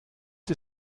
die